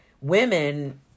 Women